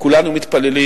כולנו מתפללים